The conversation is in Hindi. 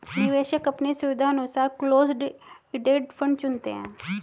निवेशक अपने सुविधानुसार क्लोस्ड इंडेड फंड चुनते है